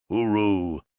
hooroo!